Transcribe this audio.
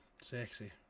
Sexy